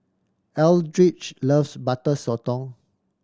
Eldridge loves Butter Sotong